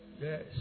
Yes